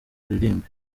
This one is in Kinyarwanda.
aririmbe